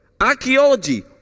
archaeology